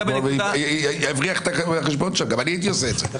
גם אני הייתי עושה את זה.